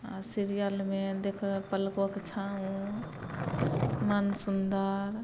आ सीरियलमे देखै हइ पलकोँ की छाँवोँ मन सुन्दर